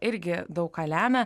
irgi daug ką lemia